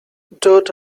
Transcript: dirt